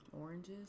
oranges